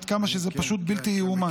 עד כמה שזה פשוט בלתי ייאמן.